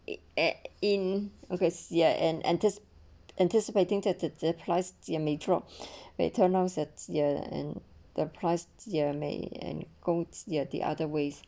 it at in okay see I and antic~ anticipating the the price may drop and turns out that ya and the price ya may and go ya the other ways